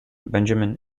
benjamin